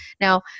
Now